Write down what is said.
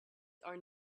are